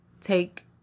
take